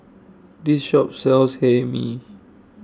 This Shop sells Hae Mee